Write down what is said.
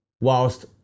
Whilst